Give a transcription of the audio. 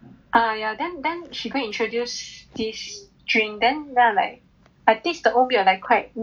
eh ya then then she go and introduce this drink then then I am like taste the oat milk and like quite